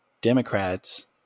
Democrats